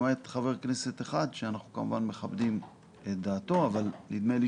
למעט חבר כנסת שאנחנו כמובן מכבדים את דעתו אבל נדמה לי